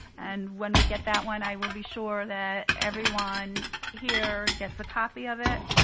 and when we get that one, i will be sure that everyone here gets a copy of it.